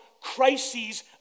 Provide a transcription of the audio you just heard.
crises